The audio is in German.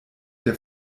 der